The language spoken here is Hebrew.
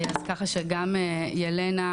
אז ככה שגם ילנה,